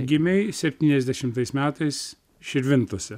gimei septyniasdešimtais metais širvintose